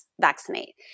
vaccinate